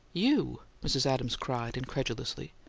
you? mrs. adams cried, incredulously.